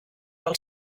del